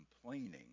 complaining